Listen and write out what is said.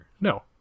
No